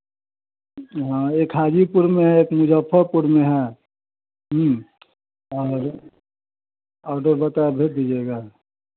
हाँ एक हाजीपुर में एक मुज़फ़्फ़रपुर में है और ऑर्डर बता भेज दीजिएगा